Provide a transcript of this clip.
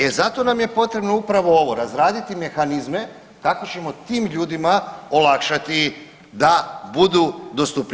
E zato nam je potrebno upravo ovo – razraditi mehanizme tako ćemo tim ljudima olakšati da budu dostupni.